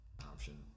option